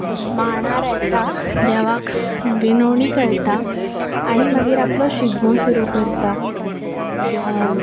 मांडार येता देवाक विनवणी करता आनी मागीर आपलो शिगमो सुरू करता